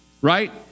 right